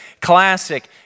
classic